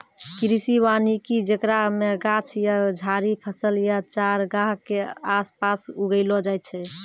कृषि वानिकी जेकरा मे गाछ या झाड़ि फसल या चारगाह के आसपास उगैलो जाय छै